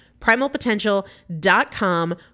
Primalpotential.com